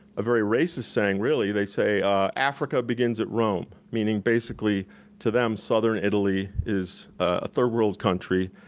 a very racist saying, really, they say africa begins at rome, meaning basically to them, southern italy is a third world country,